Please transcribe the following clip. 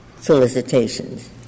solicitations